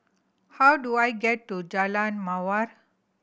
how do I get to Jalan Mawar